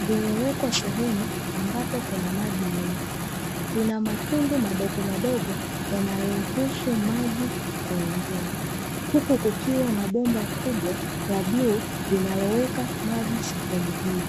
vimewekwa sehemu ambapo kuna maji mengi vina matundu madogomadogo yanayoruhusu maji kuingia huku kukiwa na bomba kubwa la bluu linaloweka maji sehemu hiyo.